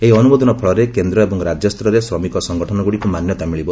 ଏହି ଅନ୍ଦ୍ରମୋଦନ ଫଳରେ କେନ୍ଦ୍ର ଏବଂ ରାଜ୍ୟ ସ୍ତରରେ ଶ୍ରମିକ ସଙ୍ଗଠନଗୁଡ଼ିକୁ ମାନ୍ୟତା ମିଳିବ